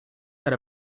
set